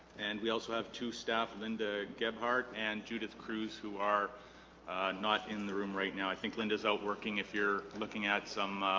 and we also have two staff linda gebhardt and judith cruz who are not in the room right now i think linda's out working if you're looking at some